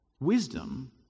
Wisdom